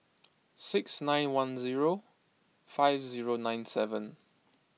six nine one zero five zero nine seven